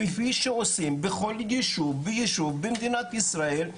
כפי שעושים בכל יישוב ויישוב במדינת ישראל,